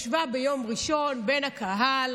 ישבה ביום ראשון בין הקהל,